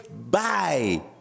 bye